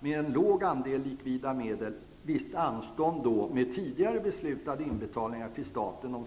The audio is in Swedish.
med en låg andel likvida medel ge utvecklingsfonderna anstånd med tidigare beslutade inbetalningar till staten.